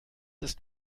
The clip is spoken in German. ist